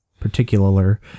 Particular